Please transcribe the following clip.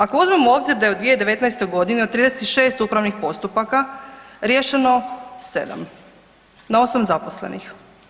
Ako uzmemo u obzir da je od 2019. g. od 36 upravnih postupaka riješeno 7, na 8 zaposlenih.